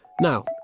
Now